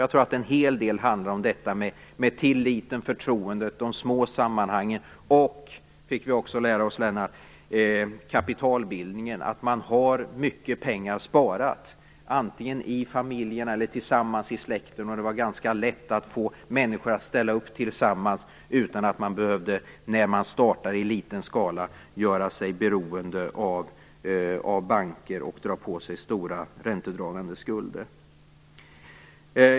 Jag tror att det en hel del handlar om tilliten och förtroendet i de små sammanhangen liksom - det fick vi också lära oss, Lennart Beijer - om kapitalbildningen. Man har mycket pengar sparade, antingen i familjen eller tillsammans i släkten. Det har varit ganska lätt att få människor att ställa upp för varandra när de startar i liten skala, utan att göra sig beroende av banker och dra på sig stora räntedragande skulder.